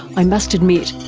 i must admit,